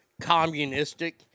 communistic